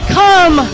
come